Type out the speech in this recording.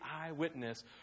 eyewitness